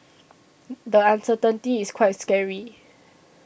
the uncertainty is quite scary